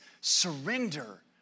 Surrender